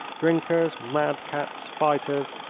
drinkers, madcaps, fighters,